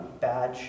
badge